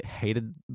hated